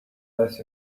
less